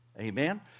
Amen